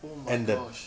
oh my gosh